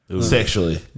Sexually